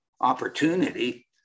opportunity